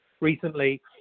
recently